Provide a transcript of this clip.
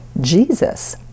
Jesus